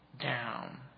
down